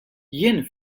jien